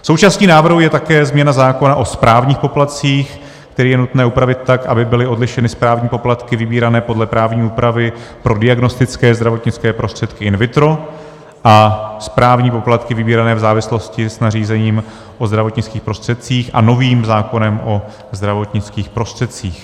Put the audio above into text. Součástí návrhu je také změna zákona o správních poplatcích, který je nutné upravit tak, aby byly odlišeny správní poplatky vybírané podle právní úpravy pro diagnostické zdravotnické prostředky in vitro a správní poplatky vybírané v závislosti s nařízením o zdravotnických prostředcích a novým zákonem o zdravotnických prostředcích.